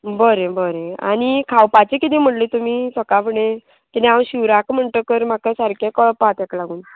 बरें बरें आनी खावपाचें किदें म्हणलें तुमी सकाळ फुडें किदें हांव शिवराक म्हणटकर म्हाका सारकें कळपा ताका लागून